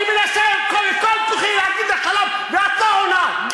אני מנסה בכל כוחי להגיד לך שלום ואת לא עונה.